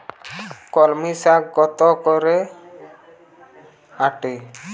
কলমি শাখ কত করে আঁটি?